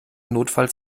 notfalls